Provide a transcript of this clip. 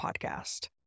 podcast